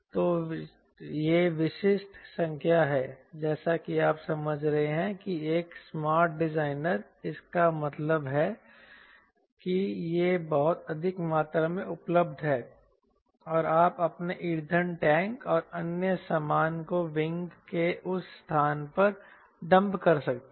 तो ये विशिष्ट संख्या हैं जैसा कि आप समझ रहे हैं कि एक स्मार्ट डिजाइनर इसका मतलब है कि यह बहुत अधिक मात्रा में उपलब्ध है और आप अपने ईंधन टैंक और अन्य सामान को विंग के उस स्थान पर डंप कर सकते हैं